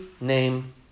name